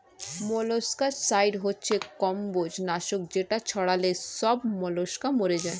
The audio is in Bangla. মোলাস্কাসাইড হচ্ছে কম্বোজ নাশক যেটা ছড়ালে সব মোলাস্কা মরে যায়